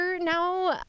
now